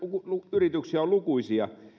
yrityksiä on lukuisia